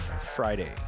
Friday